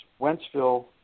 Wentzville